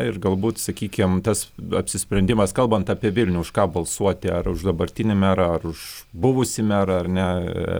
ir galbūt sakykim tas apsisprendimas kalbant apie vilnių už ką balsuoti ar už dabartinį merą ar už buvusį merą ar ne